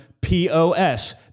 POS